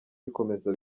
bikomeza